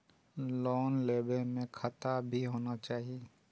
Loan लेबे में खाता भी होना चाहि?